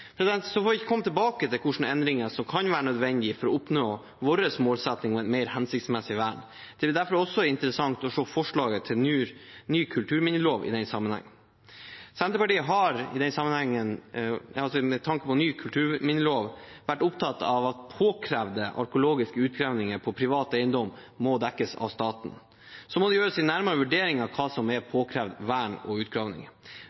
Så får vi komme tilbake til hvilke endringer som kan være nødvendige for å oppnå målsettingene våre om et mer hensiktsmessig vern. Det er derfor også interessant å se forslaget til ny kulturminnelov i den sammenheng. Senterpartiet har med tanke på ny kulturminnelov vært opptatt av at påkrevde arkeologiske utgravinger på privat eiendom må dekkes av staten. Så må det gjøres en nærmere vurdering av hva som er